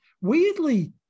weirdly